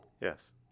Yes